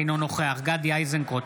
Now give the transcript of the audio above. אינו נוכח גדי איזנקוט,